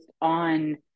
on